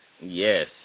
Yes